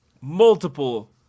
multiple